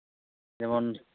ᱡᱮᱢᱚᱱ